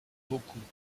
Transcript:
beaucoup